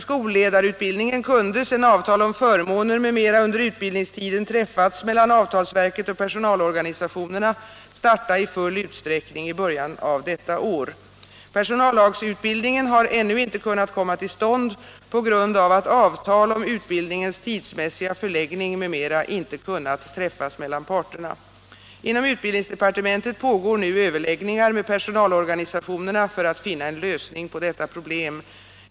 Skolledarutbildningen kunde, sedan avtal om förmåner m.m. under utbildningstiden träffats mellan avtalsverket och personalorganisationerna, starta i full utsträckning i början av detta år. Personallagsutbildningen har ännu inte kunnat komma till stånd på grund av att avtal om utbildningens tidsmässiga förläggning m.m. inte kunnat träffas mellan parterna. Inom utbildningsdepartementet pågår nu överläggningar med personalorganisationerna för att finna en lösning på detta problem.